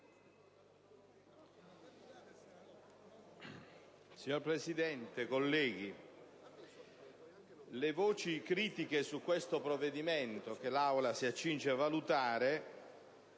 Signor Presidente, colleghi, le voci critiche su questo provvedimento che l'Assemblea si accinge a valutare